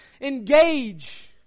Engage